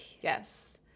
Yes